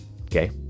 Okay